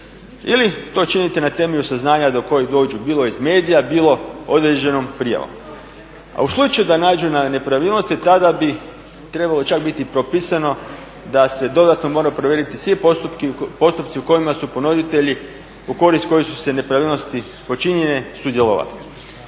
ili to činiti na temelju saznanja do kojih dođu bilo iz medija, bilo određenom prijavom. A u slučaju da naiđu na nepravilnosti tada bi trebalo čak biti propisano da se dodatno moraju provjeriti svi postupci u kojima su ponuditelji u korist koji su se nepravilnosti počinjene sudjelovali.